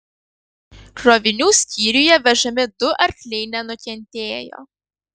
krovinių skyriuje vežami du arkliai nenukentėjo